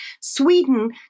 sweden